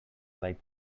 like